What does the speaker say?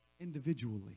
individually